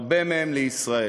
הרבה מהם לישראל.